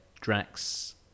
Drax